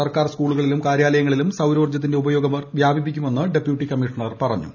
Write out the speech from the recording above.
സർക്കാർ സ്കൂളുകളിലും കാര്യാലയങ്ങളിലും സൌരോർജ്ജത്തിന്റെ ഉപയോഗം വ്യാപിപ്പിക്കുമെന്ന് ഡെപ്യൂട്ടി കമ്മീഷണർ പറഞ്ഞു